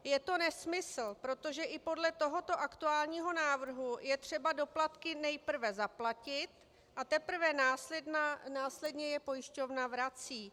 Je to nesmysl, protože i podle tohoto aktuálního návrhu je třeba doplatky nejprve zaplatit, a teprve následně je pojišťovna vrací.